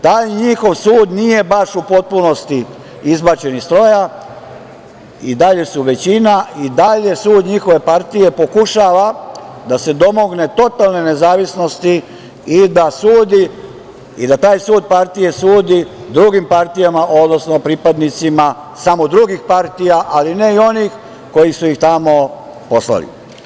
Taj njihov sud nije baš u potpunosti izbačen iz stroja i dalje su većina i dalje sud njihove partije pokušava da se domogne totalne nezavisnosti i da taj sud partije sudi drugim partijama, odnosno pripadnicima samo drugih partija, ali ne i onih koji su ih tamo poslali.